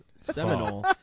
Seminole